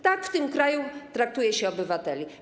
Tak w tym kraju traktuje się obywateli.